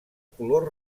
color